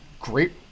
great